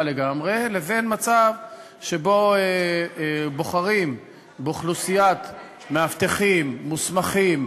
לגמרי לבין מצב שבו בוחרים באוכלוסיית מאבטחים מוסמכים,